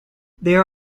there